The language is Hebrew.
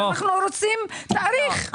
אנחנו רוצים תאריך.